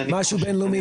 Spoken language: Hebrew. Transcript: משהו בינלאומי,